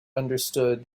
understood